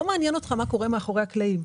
לא מעניין אותך מה קורה מאחורי הקלעים.